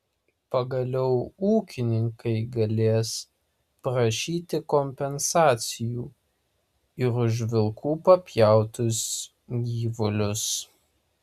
pagaliau ūkininkai galės prašyti kompensacijų ir už vilkų papjautus gyvulius